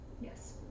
Yes